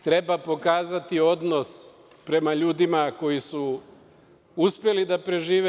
Treba pokazati odnos prema ljudima koji su uspeli da prežive.